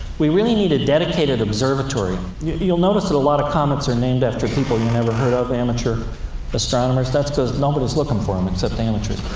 we really need a dedicated observatory. you'll notice that a lot of comets are named after people you never heard of, amateur astronomers? that's because nobody's looking for them, except amateurs.